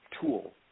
tool